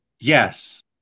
Yes